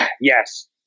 Yes